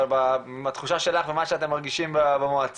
אבל מהתחושה שלך ומה שאתם מרגישים במועצה,